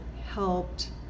helped